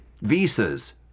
visas